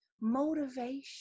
motivation